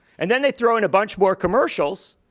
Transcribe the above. and then they throw in a bunch more commercials.